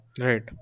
Right